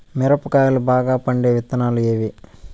మిరప కాయలు బాగా పండే విత్తనాలు ఏవి